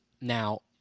Now